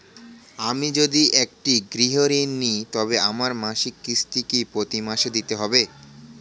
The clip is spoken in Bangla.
আমি যদি একটি গৃহঋণ নিই তবে আমার মাসিক কিস্তি কি প্রতি মাসে দিতে হবে?